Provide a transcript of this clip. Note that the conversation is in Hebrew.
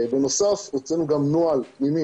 בנוסף הוצאנו גם נוהל פנימי,